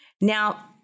Now